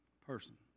person